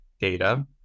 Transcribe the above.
data